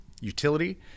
utility